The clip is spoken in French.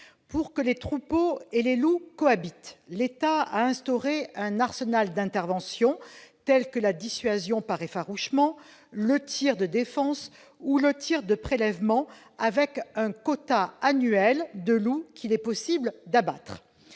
Pour que les troupeaux et les loups cohabitent, l'État a instauré un arsenal d'interventions telles que la dissuasion par effarouchement, le tir de défense ou le tir de prélèvement avec un quota annuel de loups qu'il est possible d'abattre.